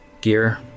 gear